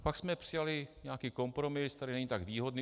Pak jsme přijali nějaký kompromis, který není tak výhodný.